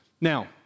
Now